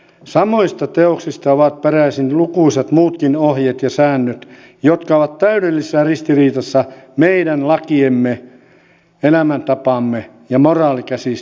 samoista teoksista ovat peräisin lukuisat muutkin ohjeet ja säännöt jotka ovat täydellisessä ristiriidassa meidän lakiemme elämäntapamme ja moraalikäsitystemme kanssa